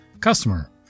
Customer